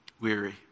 weary